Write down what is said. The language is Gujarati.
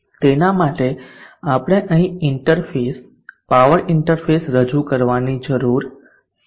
તેના માટે આપણે અહીં ઇન્ટરફેસ પાવર ઇન્ટરફેસ રજૂ કરવાની જરૂર છે